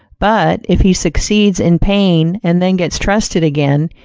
but, if he succeeds in paying and then gets trusted again,